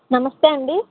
నమస్తే అండి